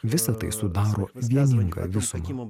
visa tai sudaro vieningą visumą